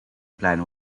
plan